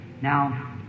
Now